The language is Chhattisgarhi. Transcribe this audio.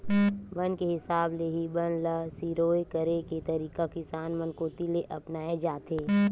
बन के हिसाब ले ही बन ल सिरोय करे के तरीका किसान मन कोती ले अपनाए जाथे